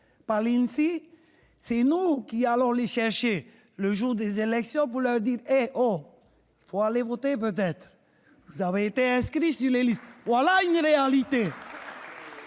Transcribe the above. par l'INSEE. C'est nous qui allons les chercher le jour des élections pour leur dire :« Eh, oh, il faut peut-être aller voter, vous avez été inscrits sur les listes !» Voilà la réalité !